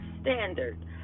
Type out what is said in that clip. standard